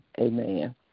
Amen